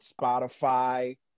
Spotify